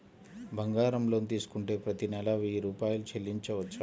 బంగారం లోన్ తీసుకుంటే ప్రతి నెల వెయ్యి రూపాయలు చెల్లించవచ్చా?